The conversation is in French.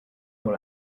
dans